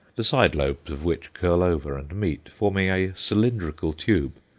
the side lobes of which curl over and meet, forming a cylindrical tube,